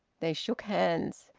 they shook hands.